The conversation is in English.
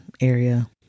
area